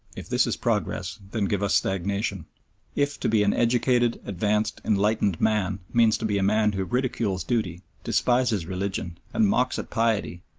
if this is progress, then give us stagnation if to be an educated, advanced enlightened man means to be a man who ridicules duty, despises religion, and mocks at piety,